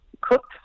cooked